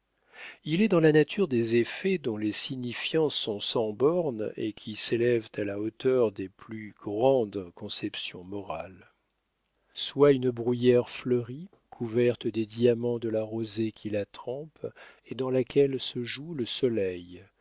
il est dans la nature des effets dont les signifiances sont sans bornes et qui s'élèvent à la hauteur des plus grandes conceptions morales soit une bruyère fleurie couverte des diamants de la rosée qui la trempe et dans laquelle se joue le soleil